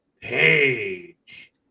Page